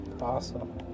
Awesome